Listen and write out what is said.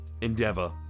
Endeavor